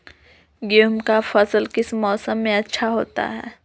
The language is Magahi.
गेंहू का फसल किस मौसम में अच्छा होता है?